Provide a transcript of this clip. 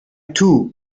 too